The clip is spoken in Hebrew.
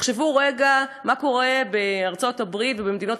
תחשבו רגע מה קורה בארצות-הברית ובמדינות